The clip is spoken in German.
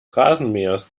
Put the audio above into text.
rasenmähers